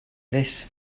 this